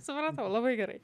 supratau labai gerai